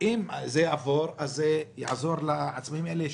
ואם היא תעבור זה יעזור לעצמאים האלה,